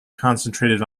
concentrated